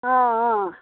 অঁ অঁ